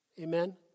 Amen